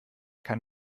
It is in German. kann